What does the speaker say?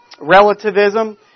relativism